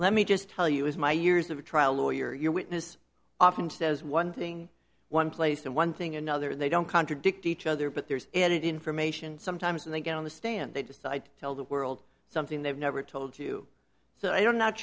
let me just tell you as my years of a trial lawyer your witness often says one thing one place and one thing another they don't contradict each other but there's it information sometimes when they get on the stand they decide to tell the world something they've never told you so i